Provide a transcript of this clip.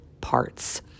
parts